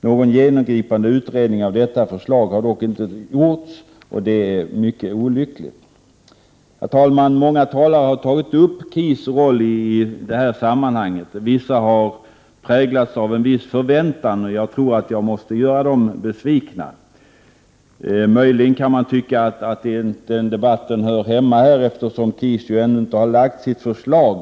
Någon genomgripande utredning av detta förslag har dock inte gjorts, och det är mycket olyckligt. Herr talman! Många talare har tagit upp KIS roll i detta sammanhang. Vissa har präglats av en viss förväntan. Jag måste tyvärr göra dem besvikna. Möjligen kan man tycka att debatten inte hör hemma här, eftersom KIS ännu inte har lagt fram sitt förslag.